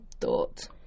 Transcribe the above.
thought